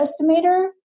estimator